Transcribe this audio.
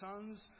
sons